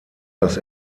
das